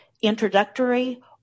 introductory